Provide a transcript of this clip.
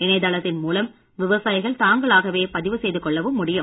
இணையதளத்தின் மூலம் விவசாயிகள் தாங்களாகவே பதிவு செய்து கொள்ளவும் முடியும்